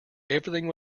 everything